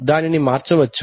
దానిని మార్చ వచ్చు